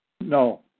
No